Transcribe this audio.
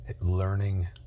learning